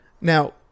Now